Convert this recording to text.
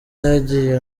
yagiye